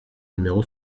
numéro